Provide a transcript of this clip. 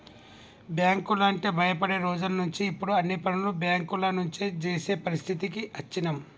బ్యేంకులంటే భయపడే రోజులనుంచి ఇప్పుడు అన్ని పనులు బ్యేంకుల నుంచే జేసే పరిస్థితికి అచ్చినం